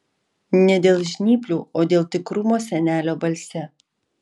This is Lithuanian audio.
ne dėl žnyplių o dėl tikrumo senelio balse